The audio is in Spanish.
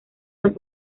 las